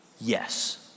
Yes